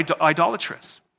idolatrous